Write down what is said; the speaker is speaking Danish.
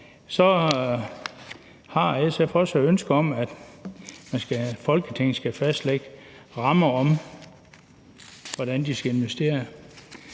Så har SF også et ønske om, at Folketinget skal fastlægge rammer for, hvordan de skal investere.